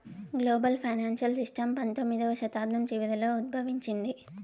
global financial system పంతొమ్మిదవ శతాబ్దం చివరలో ఉద్భవించింది